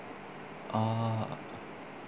oh